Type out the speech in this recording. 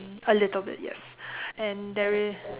a little bit yes and there is